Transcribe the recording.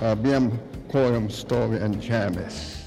abiem kojom stovi ant žemės